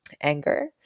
anger